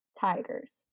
tigers